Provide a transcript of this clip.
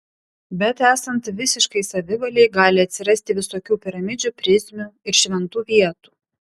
bet esant visiškai savivalei gali atsirasti visokių piramidžių prizmių ir šventų vietų